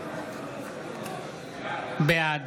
בעד